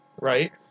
Right